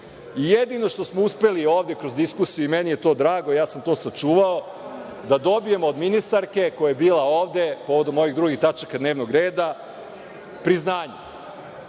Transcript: slično. Jedino što smo uspeli ovde kroz diskusiju i meni je to drago, ja sam to sačuvao, da dobijemo od ministarke koja je bila ovde povodom ovih drugih tačaka dnevnog reda priznanje.